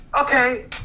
Okay